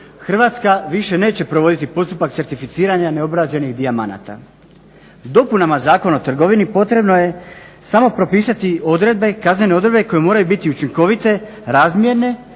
Hrvatska više neće provoditi postupak certificiranja neobrađenih dijamanata. Dopunama Zakona o trgovini potrebno je samo propisati kaznene odredbe koje moraju biti učinkovite, razmjerne